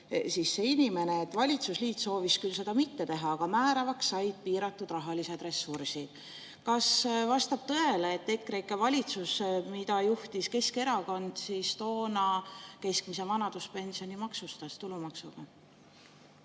see inimene nii, et valitsusliit soovis küll seda mitte teha, aga määravaks said piiratud rahalised ressursid. Kas vastab tõele, et EKREIKE valitsus, mida juhtis toona Keskerakond, maksustas keskmise vanaduspensioni tulumaksuga?